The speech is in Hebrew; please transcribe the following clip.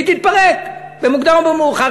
והיא תתפרק, במוקדם או במאוחר.